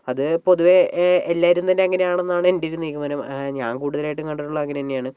അത് പൊതുവെ എല്ലാവരും തന്നെ അങ്ങനാണെന്നാണ് എൻ്റെയൊരു നിഗമനം ഞാൻ കൂടുതലായിട്ടും കണ്ടിട്ടുള്ളത് അങ്ങനെന്നെയാണ്